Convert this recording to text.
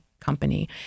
company